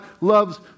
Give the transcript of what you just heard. loves